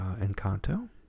Encanto